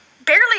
barely